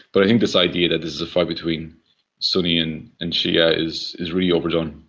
but i think this idea that this is a fight between sunni and and shia is is really overdone.